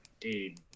dude